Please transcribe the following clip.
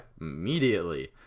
immediately